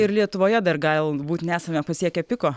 ir lietuvoje dar galbūt nesame pasiekę piko